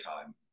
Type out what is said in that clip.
time